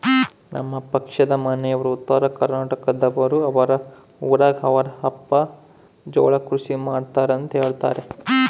ನಮ್ಮ ಪಕ್ಕದ ಮನೆಯವರು ಉತ್ತರಕರ್ನಾಟಕದವರು, ಅವರ ಊರಗ ಅವರ ಅಪ್ಪ ಜೋಳ ಕೃಷಿ ಮಾಡ್ತಾರೆಂತ ಹೇಳುತ್ತಾರೆ